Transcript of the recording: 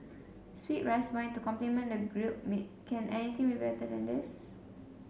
sweet rice wine to complement the grilled meat can anything be better than this